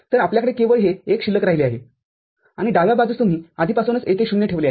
तरआपल्याकडे केवळ हे एक शिल्लक राहिले आहे आणि डाव्या बाजूस तुम्ही आधीपासूनच येथे ० ठेवले आहे